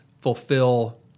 fulfill